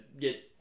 get